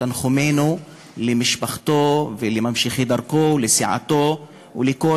תנחומינו למשפחתו ולממשיכי דרכו ולסיעתו ולכל